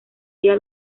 día